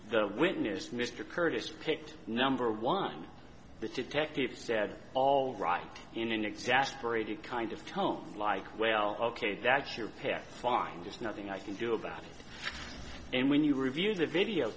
the witness mr curtis picked number one the detective said all right in an exasperated kind of tone like well ok that's your path line just nothing i can do about it and when you review the video